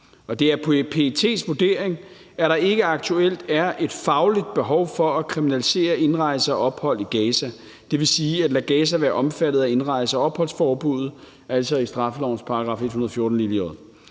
Det er PET's vurdering, at der ikke aktuelt er et fagligt behov for at kriminalisere indrejse og ophold i Gaza, dvs. at lade Gaza være omfattet af indrejse- og opholdsforbuddet i straffelovens § 114